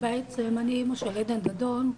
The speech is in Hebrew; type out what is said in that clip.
אני אמא של עדן דדון,